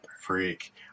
Freak